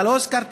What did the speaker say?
אתה לא הזכרת,